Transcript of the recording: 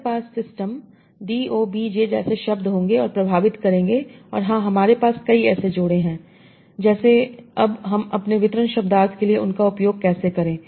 हमारे पास system d o b j जैसे शब्द होंगे और प्रभावित करेंगे और हां हमारे पास कई ऐसे जोड़े हैं जैसे अब हम अपने डिस्ट्रीब्यूशन सेमांटिक्स के लिए उन का उपयोग कैसे करें